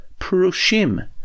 purushim